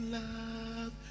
love